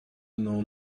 know